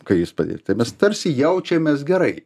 kai jūs pradėjot tai mes tarsi jaučiamės gerai